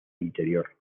interior